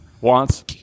wants